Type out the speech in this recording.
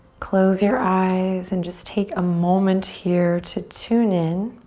close your eyes and just take a moment here to tune in.